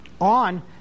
on